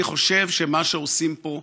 אני חושב שמה שעושים פה,